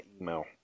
email